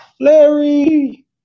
Larry